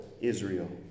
Israel